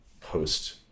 post-